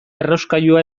errauskailua